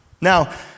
Now